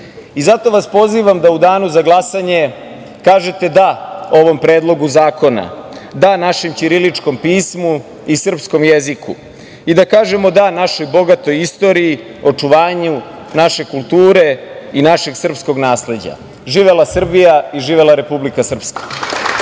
skupština. Pozivam vas da u danu za glasanje kažete da ovom Predlogu zakona, da našem ćiriličkom pismu i srpskom jeziku i da kažemo da našoj bogatoj istoriji, očuvanju naše kulture i našeg srpskog nasleđa. Živela Srbija i živela Republika Srpska!